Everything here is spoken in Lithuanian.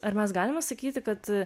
ar mes galime sakyti kad